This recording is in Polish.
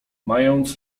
mając